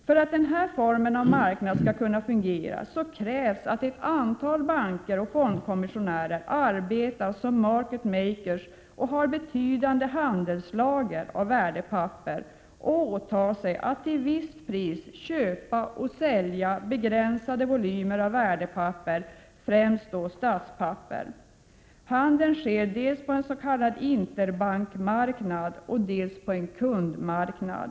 För att den här formen av marknad skall kunna fungera krävs att ett antal banker och fondkommissionärer arbetar som market makers, har betydande handelslager av värdepapper och åtar sig att till visst pris köpa och sälja begränsade volymer av värdepapper, främst då statspapper. Handeln sker dels på ens.k. interbankmarknad, dels på en kundmarknad.